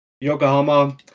Yokohama